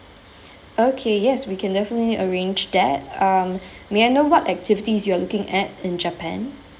okay yes we can definitely arrange that um may I know what activities you are looking at in japan